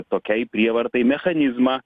tokiai prievartai mechanizmą